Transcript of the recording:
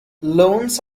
loans